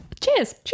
cheers